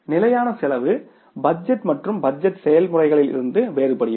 நிலையான செலவு பட்ஜெட் மற்றும் பட்ஜெட் செயல்முறையிலிருந்து வேறுபடுகிறது